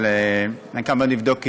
אבל אני מתכוון לבדוק אתו.